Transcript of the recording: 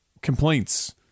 complaints